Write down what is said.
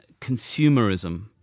consumerism